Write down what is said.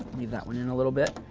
leave that one in a little bit.